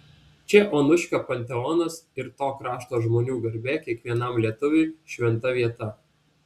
čia onuškio panteonas ir to krašto žmonių garbė kiekvienam lietuviui šventa vieta